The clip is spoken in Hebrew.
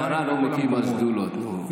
שרה לא מקימה שדולות, נו.